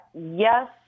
yes